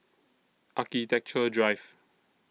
Architecture Drive